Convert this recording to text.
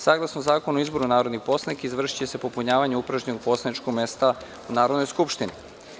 Saglasno Zakonu o izboru narodnih poslanika, izvršiće se popunjavanje upražnjenog poslaničkog mesta u Narodnoj skupštini.